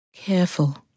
careful